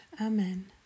Amen